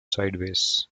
sideways